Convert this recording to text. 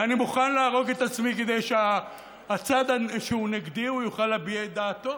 ואני מוכן להרוג את עצמי כדי שהצד שהוא נגדי יוכל להביע את דעתו,